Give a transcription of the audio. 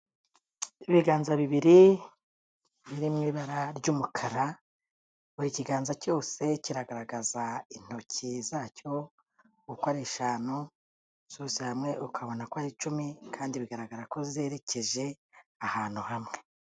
Ibiganza bibiri biri mu ibara ry'umukara buri kiganza cyose kiragaragaza intoki zacyo uko ari eshanu, zose hamwe ukabona ko ari icumi kandi bigaragara ko zerekeje ahantu hamwe.